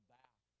back